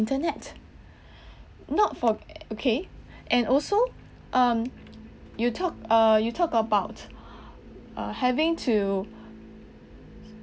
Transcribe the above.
internet not for okay and also um you talk err you talk about err having to